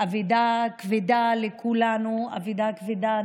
אבדה כבדה לכולנו ואבדה כבדה,